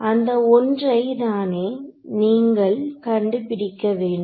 அந்த ஒன்றை தானே நீங்கள் கண்டுபிடிக்க வேண்டும்